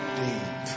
deep